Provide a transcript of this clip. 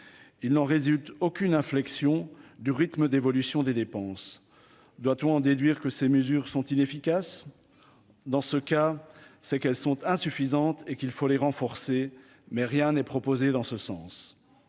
il n'en résulte aucune inflexion du rythme d'évolution des dépenses doit-on en déduire que ces mesures sont inefficaces, dans ce cas, c'est qu'elles sont insuffisantes et qu'il faut les renforcer, mais rien n'est proposé dans ce sens,